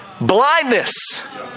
blindness